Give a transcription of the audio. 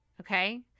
Okay